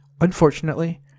Unfortunately